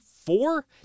four